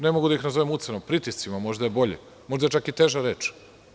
Ne mogu da ih nazovem ucenom, pritiscima, možda je bolje, možda je čak i teža reč.